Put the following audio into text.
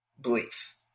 belief